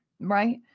right